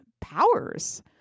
powers